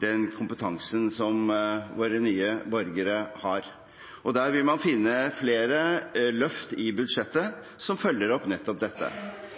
den kompetansen som våre nye borgere har. Man vil finne flere løft i budsjettet som følger opp dette.